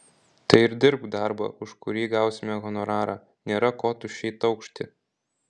tai ir dirbk darbą už kurį gausime honorarą nėra ko tuščiai taukšti